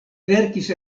verkis